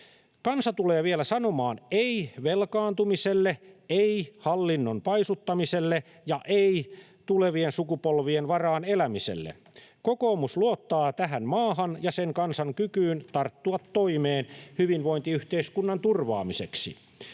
Kansa tulee vielä sanomaan ”ei” velkaantumiselle, ”ei” hallinnon paisuttamiselle ja ”ei” tulevien sukupolvien varaan elämiselle. Kokoomus luottaa tähän maahan ja sen kansan kykyyn tarttua toimeen hyvinvointiyhteiskunnan turvaamiseksi.